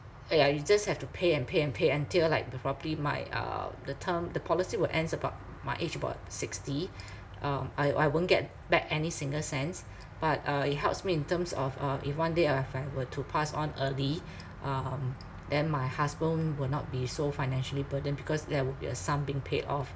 uh ya you just have to pay and pay and pay until like uh probably my uh the term the policy will ends about my age about sixty um I I won't get back any single cents but uh it helps me in terms of uh if one day if I were to pass on early um then my husband will not be so financially burdened because there would be a sum being paid off